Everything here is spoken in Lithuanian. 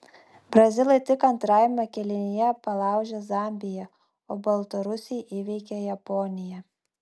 brazilai tik antrame kėlinyje palaužė zambiją o baltarusiai įveikė japoniją